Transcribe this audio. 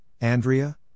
Andrea